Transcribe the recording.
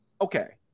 okay